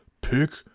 pick